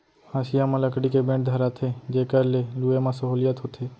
हँसिया म लकड़ी के बेंट धराथें जेकर ले लुए म सहोंलियत होथे